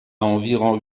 environ